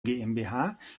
gmbh